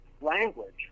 language